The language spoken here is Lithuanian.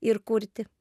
ir kurti